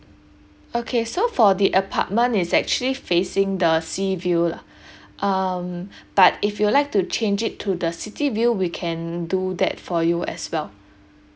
okay so for the apartment it's actually facing the sea view lah um but if you'd like to change it to the city view we can do that for you as well